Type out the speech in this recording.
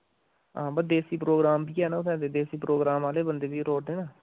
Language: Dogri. हां ब देसी प्रोग्राम बी हे उत्थे देसी प्रोग्राम आह्ले बंदे बी लोड़दे न